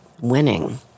winning